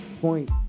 point